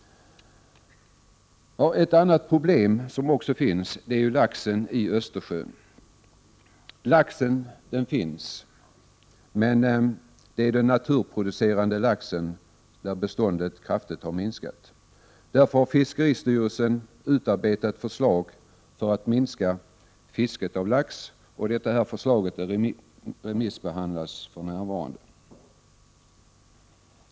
Ett annat problem är laxen i Östersjön. Lax finns, men beståndet av den naturproducerade laxen har kraftigt minskat. Därför har fiskeristyrelsen utarbetat förslag för att minska fisket av lax, och detta förslag remissbehandlas för närvarande.